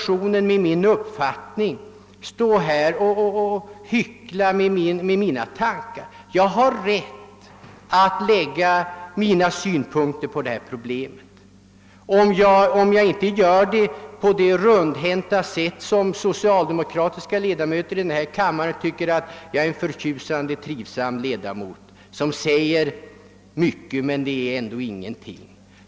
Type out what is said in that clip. Skall jag med den uppfattning jag har i denna situation stå här och hyckla om mina tankegångar? Jag har rätt att anlägga mina synpunkter på detta problem. Jag gör det kanske inte på ett så rundhänt sätt att socialdemokratiska ledamöter i denna kammare tycker att jag är en trivsam ledamot som säger mycket utan att egent ligen säga någonting.